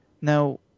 Now